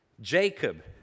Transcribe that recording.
Jacob